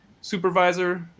supervisor